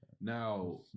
Now